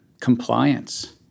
Compliance